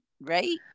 right